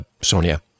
Sonia